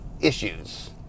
issues